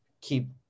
keep